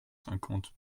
cinquante